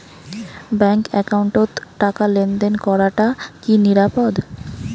Bank একাউন্টত টাকা লেনদেন করাটা কি নিরাপদ?